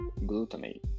glutamate